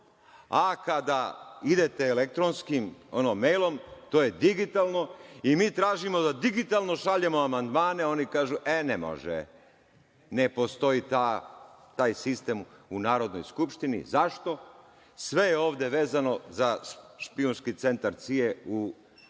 a kada idete elektronskim mejlom, to je digitalno i mi tražimo da digitalno šaljemo amandmane. Oni kažu ne može. Ne postoji taj sistem u Narodnoj skupštini. Zašto? Sve je ovde vezano za špijunski centar CIA u Sofiji i